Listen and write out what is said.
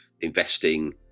investing